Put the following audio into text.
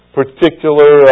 particular